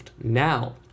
Now